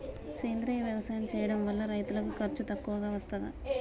సేంద్రీయ వ్యవసాయం చేయడం వల్ల రైతులకు ఖర్చు తక్కువగా వస్తదా?